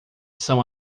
são